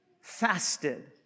fasted